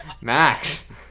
Max